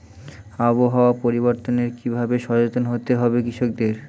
আবহাওয়া পরিবর্তনের কি ভাবে সচেতন হতে হবে কৃষকদের?